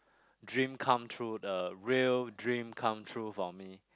dream come true the real dream come true for me